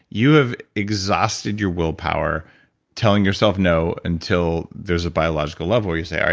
you have exhausted your willpower telling yourself no until there's a biological level, you say, all